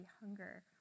hunger